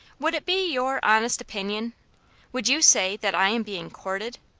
would it be your honest opinion would you say that i am being courted?